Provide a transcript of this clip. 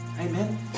Amen